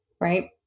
right